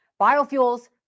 Biofuels